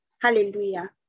Hallelujah